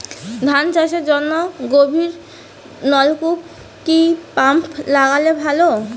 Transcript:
ধান চাষের জন্য গভিরনলকুপ কি পাম্প লাগালে ভালো?